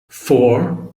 four